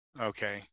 Okay